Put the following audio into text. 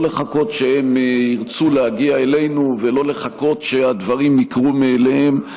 לא לחכות שהם ירצו להגיע אלינו ולא לחכות שהדברים יקרו מאליהם,